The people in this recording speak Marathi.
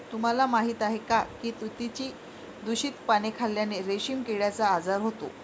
तुम्हाला माहीत आहे का की तुतीची दूषित पाने खाल्ल्याने रेशीम किड्याचा आजार होतो